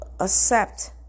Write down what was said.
accept